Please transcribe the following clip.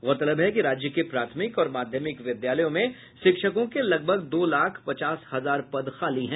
गौरतलब है कि राज्य के प्राथमिक और माध्यमिक विद्यालयों में शिक्षकों के लगभग दो लाख पचास हजार पद खाली हैं